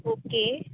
okay